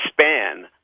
span